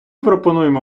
пропонуємо